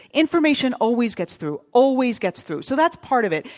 information always gets through, always gets through. so, that's part of it.